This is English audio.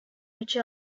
which